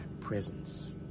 presence